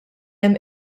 hemm